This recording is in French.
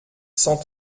cent